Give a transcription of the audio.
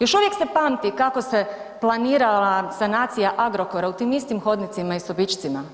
Još uvijek se pamti kako se planirala sanacija Agrokora u tim istim hodnicima i sobičcima.